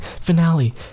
Finale